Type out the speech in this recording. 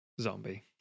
Zombie